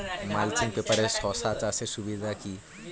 Mulching পেপারে শসা চাষের সুবিধা কি?